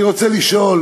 אני רוצה לשאול